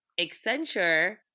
Accenture